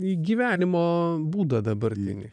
į gyvenimo būdą dabartinį